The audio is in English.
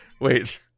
wait